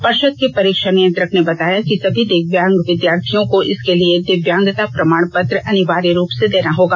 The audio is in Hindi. पर्षद के परीक्षा नियंत्रक ने बताया कि सभी दिव्यांग विद्यार्थियों को इसके लिए दिव्यांगता प्रमाण पत्र अनिवार्य रूप से देना होगा